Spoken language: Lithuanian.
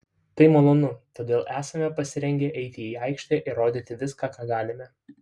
tai malonu todėl esame pasirengę eiti į aikštę ir rodyti viską ką galime